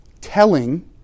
telling